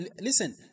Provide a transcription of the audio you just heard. listen